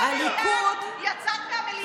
יצאת מהמליאה,